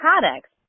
products